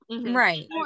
Right